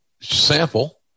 sample